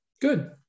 Good